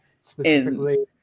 specifically